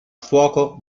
fuoco